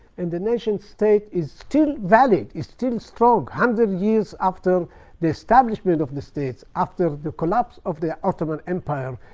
and the nation-state is still valid, is still strong. one hundred years after the establishment of the states after the collapse of the ottoman empire,